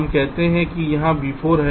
हम कहते हैं कि यहाँ v4 है